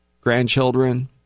grandchildren